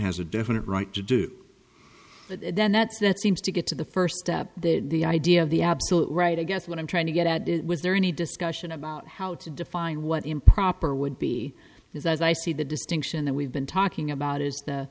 has a definite right to do but then that's that seems to get to the first step the idea of the absolute right i guess what i'm trying to get out did was there any discussion about how to define what improper would be because as i see the distinction that we've been talking about is the